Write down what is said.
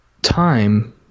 time